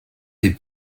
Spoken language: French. des